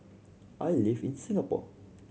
I live in Singapore